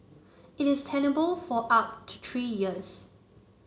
it is tenable for up to three years